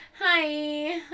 hi